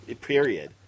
period